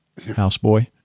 Houseboy